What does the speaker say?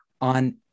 on